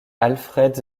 alfred